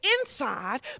inside